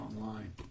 online